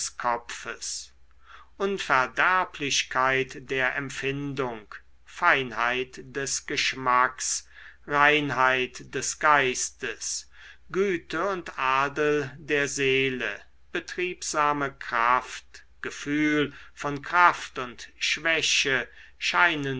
kopfes unverderblichkeit der empfindung feinheit des geschmacks reinheit des geistes güte und adel der seele betriebsame kraft gefühl von kraft und schwäche scheinen